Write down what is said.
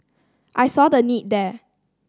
I saw the need there